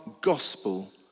gospel